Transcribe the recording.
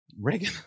Reagan